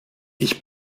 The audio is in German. ich